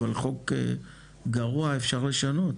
אבל חוק גרוע אפשר לשנות.